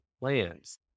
plans